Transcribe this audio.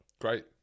Great